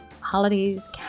Holidays